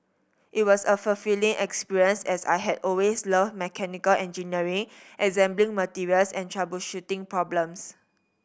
it was a fulfilling experience as I had always loved mechanical engineering assembling materials and troubleshooting problems